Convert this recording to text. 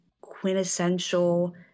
quintessential